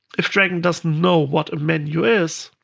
if dragon doesn't know what a menu is,